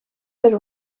per